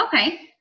Okay